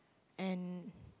and